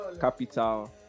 capital